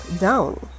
down